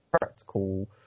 practical